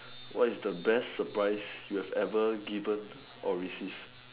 what is the best surprise you have ever given or receive